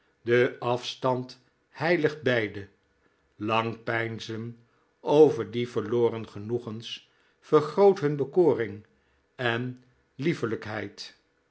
de afstand heiligt beide lang peinzen over die verloren genoegens vergroot hun bekoring en